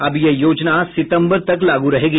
अब यह योजना सितम्बर तक लागू रहेगी